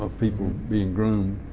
ah people being groomed,